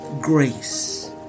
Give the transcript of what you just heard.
grace